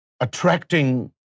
Attracting